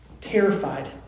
terrified